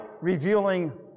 revealing